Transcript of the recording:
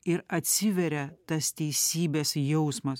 ir atsiveria tas teisybės jausmas